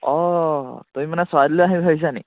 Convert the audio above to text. অঁ তুমি মানে চৰাইদেউলৈ আহিম ভাবিছা নি